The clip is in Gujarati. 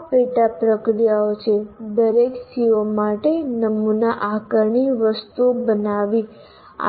આ પેટા પ્રક્રિયાઓ છે દરેક CO માટે નમૂના આકારણી વસ્તુઓ બનાવવી